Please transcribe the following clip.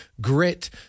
grit